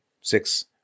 six